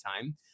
time